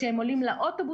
כשהם עולים לאוטובוס,